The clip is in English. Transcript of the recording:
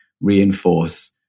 reinforce